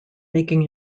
making